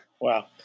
Wow